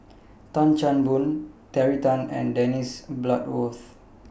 Tan Chan Boon Terry Tan and Dennis Bloodworth